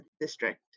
District